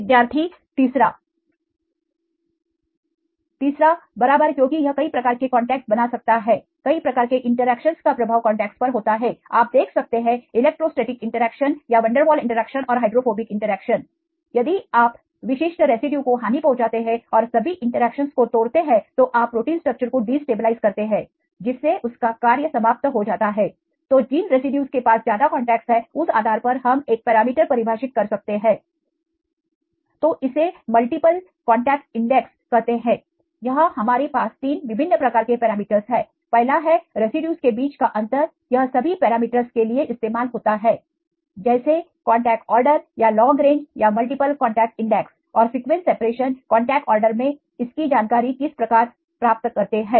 विद्यार्थी तीसरा तीसरा बराबर क्योंकि यह कई प्रकार के कांटेक्टस बना सकता है कई प्रकार के इंटरेक्शंस का प्रभाव कांटेक्टस पर होता है आप देख सकते हैं इलेक्ट्रोस्टेटिक इंटरेक्शन या वंडरवॉल इंटरेक्शन और हाइड्रोफोबिक इंटरेक्शन यदि आप विशिष्ट रेसिड्यू को हानि पहुँचाते हैं और सभी इंटरेक्शन को तोड़ते हैं तो आप प्रोटीन स्ट्रक्चर को डिस्टेबलाइज करते हैं जिससे उसका कार्य समाप्त हो जाता है तो जिन रेसिड्यूज के पास ज्यादा कांटेक्टस है उस आधार पर हम एक पैरामीटर परिभाषित कर सकते हैं तो इसे मल्टीपल कांटेक्ट इंडेक्स कहते हैं यहां हमारे पास तीन विभिन्न प्रकार के पैरामीटर्स है पहला है रेसिड्यूज के बीच का अंतर यह सभी पैरामीटर्स के लिए इस्तेमाल होता है जैसे कांटेक्ट आर्डर या लॉन्ग रेंजया मल्टीपल कांटेक्ट इंडेक्स और सीक्वेंस सेपरेशन कांटेक्ट ऑर्डर में इसकी जानकारी किस प्रकार प्राप्त करते हैं